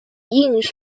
印刷